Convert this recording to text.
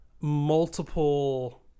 multiple